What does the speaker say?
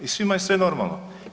I svima je sve normalno.